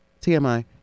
TMI